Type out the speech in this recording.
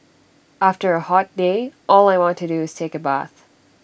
after A hot day all I want to do is take A bath